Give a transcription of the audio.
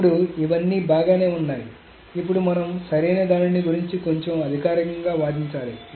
ఇప్పుడు ఇవన్నీ బాగానే ఉన్నాయి ఇప్పుడు మనం సరైన దానిని గురించి కొంచెం అధికారికంగా వాదించాలి